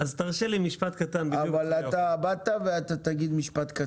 אבל באת ואתה תגיד משפט קצר.